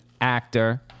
actor